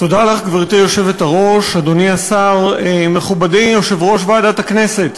לך, אדוני השר, מכובדי יושב-ראש ועדת הכנסת,